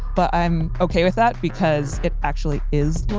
but i'm okay with that, because it actually is